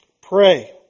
pray